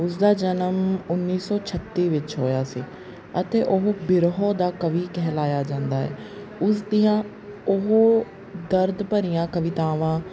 ਉਸਦਾ ਜਨਮ ਉੱਨੀ ਸੌ ਛੱਤੀ ਵਿੱਚ ਹੋਇਆ ਸੀ ਅਤੇ ਉਹ ਬਿਰਹੋ ਦਾ ਕਵੀ ਕਹਿਲਾਇਆ ਜਾਂਦਾ ਹੈ ਉਸਦੀਆਂ ਉਹ ਦਰਦ ਭਰੀਆਂ ਕਵਿਤਾਵਾਂ